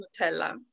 Nutella